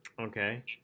okay